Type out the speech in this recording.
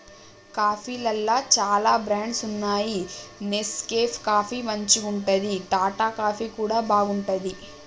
కాఫీలల్ల చాల బ్రాండ్స్ వున్నాయి నెస్కేఫ్ కాఫీ మంచిగుంటది, టాటా కాఫీ కూడా బాగుంటది